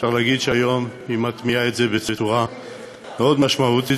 אפשר להגיד שהיום היא מטמיעה את זה בצורה מאוד משמעותית,